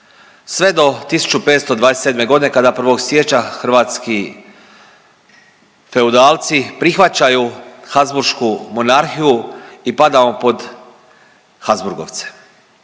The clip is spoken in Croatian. sve do 1527. godine kada 1. siječnja hrvatski feudalci prihvaćaju Habsburšku Monarhiju i padamo pod Habsburgovce.